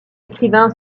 écrivain